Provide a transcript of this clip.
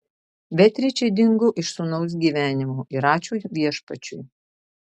beatričė dingo iš sūnaus gyvenimo ir ačiū viešpačiui